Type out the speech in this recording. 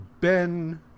Ben